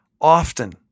often